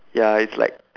ya it's like